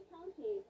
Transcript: County